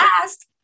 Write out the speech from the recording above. last